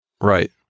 Right